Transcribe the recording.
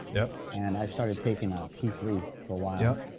yeah and i started taking ah t three for a while.